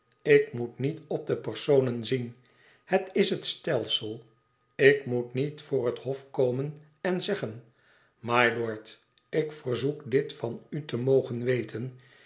ik moet niet op de personen zien het is het stelsel ik moet niet voor het hof komen en zeggen mylord ik verzoek dit van u te mogen weten